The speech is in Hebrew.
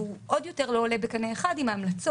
והוא עוד יותר לא עולה בקנה אחד עם ההמלצות